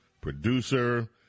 producer